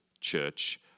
church